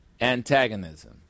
antagonism